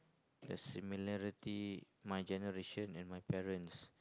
the similarity my generation and my parents